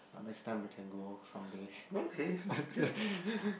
uh next time we can go some day